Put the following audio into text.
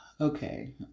Okay